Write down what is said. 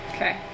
Okay